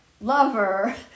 lover